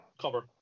cover